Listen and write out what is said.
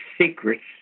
Secrets